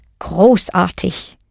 großartig